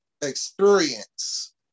experience